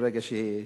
בבקשה,